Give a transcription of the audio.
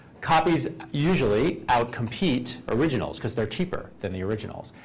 copies usually out-compete originals because they're cheaper than the originals.